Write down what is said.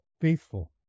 faithful